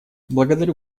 благодарю